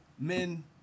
Men